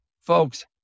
folks